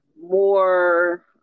more